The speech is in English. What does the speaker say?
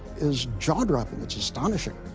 is jaw-dropping. it's astonishing.